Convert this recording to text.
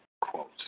Quotes